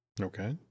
okay